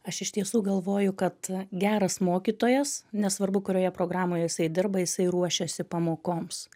aš iš tiesų galvoju kad geras mokytojas nesvarbu kurioje programoje jisai dirba jisai ruošiasi pamokoms